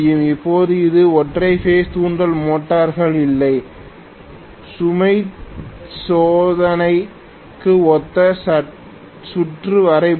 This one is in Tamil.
இப்போது இது ஒற்றை பேஸ் தூண்டல் மோட்டார்கள் இல்லை சுமை சோதனைக்கு ஒத்த சுற்று வரைபடம்